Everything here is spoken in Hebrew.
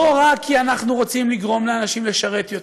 לא רק כי אנחנו רוצים לגרום לאנשים לשרת יותר,